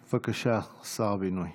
בבקשה, שר הבינוי